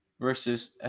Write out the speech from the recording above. versus